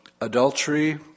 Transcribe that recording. adultery